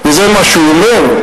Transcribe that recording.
וזה מה שהוא אומר,